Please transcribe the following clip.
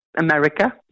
America